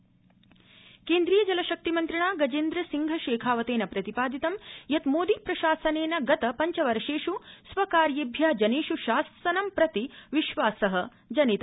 शेखावत केन्द्रीय जलशक्ति मन्त्रिणा गजेन्द्र सिंह शेखावतेन प्रतिपादितं यत् मोदी प्रशासनेन गत पञ्च वर्षेष् स्व कार्येभ्य जनेष् शासनं प्रति विश्वास जनित